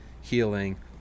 healing